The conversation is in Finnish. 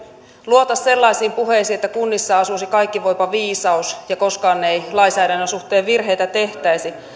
luota sellaisiin puheisiin että kunnissa asuisi kaikkivoipa viisaus ja koskaan ei lainsäädännön suhteen virheitä tehtäisi